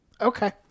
okay